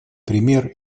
пример